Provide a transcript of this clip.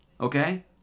okay